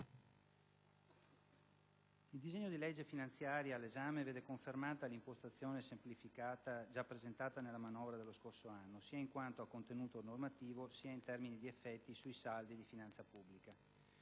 il disegno di legge finanziaria per il 2010 vede confermata l'impostazione semplificata già presentata nella manovra dello scorso anno, sia in quanto a contenuto normativo, sia in termini di effetti sui saldi di finanza pubblica.